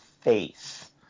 face